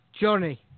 Johnny